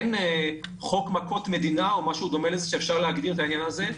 אין חוק מכות מדינה או משהו בדומה לזה שכך אפשר להגדיר את העניין הזה,